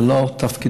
זה לא תפקידו.